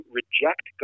reject